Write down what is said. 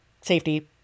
safety